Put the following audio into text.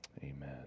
Amen